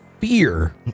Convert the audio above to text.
fear